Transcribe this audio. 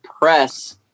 press